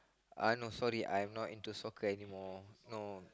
uh no sorry I'm not into soccer anymore no